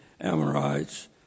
Amorites